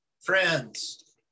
friends